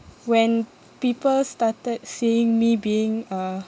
when people started seeing me being a